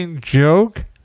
joke